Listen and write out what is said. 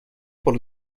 por